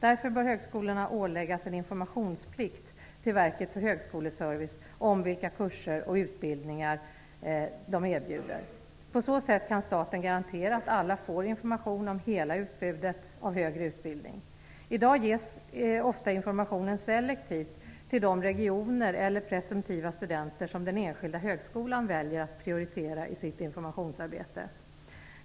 Därför bör högskolorna åläggas en informationsplikt till Verket för Högskoleservice om vilka kurser och utbildningar som de erbjuder. På så sätt kan staten garantera att alla får information om hela utbudet av högre utbildning. I dag ges ofta informationen selektivt till de regioner eller presumtiva studenter som den enskilda högskolan väljer att prioritera i sitt informationsarbete.